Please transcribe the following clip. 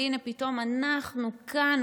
והינה פתאום אנחנו כאן,